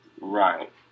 Right